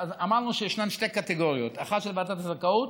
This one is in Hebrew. אמרנו שיש שתי קטגוריות: אחת של ועדת הזכאות,